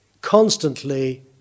constantly